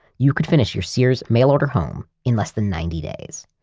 you could finish your sears mail-order home in less than ninety days.